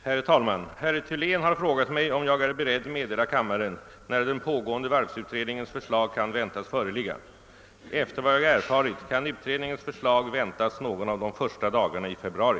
Herr talman! Herr Thylén har frågat mig, om jag är beredd meddela kammaren när den pågående varvsutredningens förslag kan väntas föreligga. Efter vad jag erfarit kan utredningens förslag väntas någon av de första dagarna i februari.